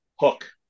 Hook